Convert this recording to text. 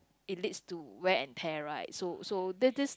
it leads to wear and tear right so so that that's